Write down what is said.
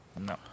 No